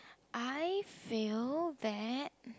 I feel that